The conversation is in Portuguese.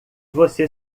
você